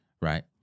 right